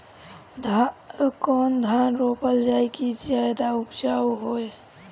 कौन धान रोपल जाई कि ज्यादा उपजाव होई?